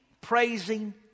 praising